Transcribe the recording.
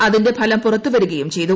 അതിന്റെ ഫലം പുറത്തുവരികയും ചെയ്തു